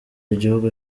gihugu